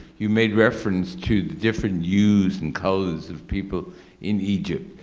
you made reference to the different use and colors of people in egypt,